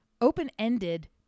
open-ended